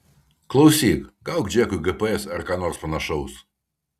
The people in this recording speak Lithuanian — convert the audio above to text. klausyk gauk džekui gps ar ką nors panašaus